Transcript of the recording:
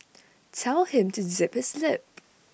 tell him to zip his lip